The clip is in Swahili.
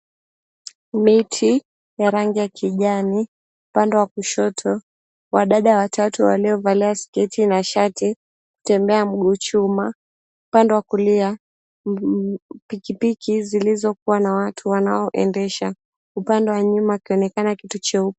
Miti ya rangi ya kijani upande wa kushoto wadada watatu waliovalia sketi na shati wakitembea mguu chuma. Upande wa kulia pikipiki zilizokuwa na watu wanaoendesha. Upande wa nyuma akionekana kitu cheupe.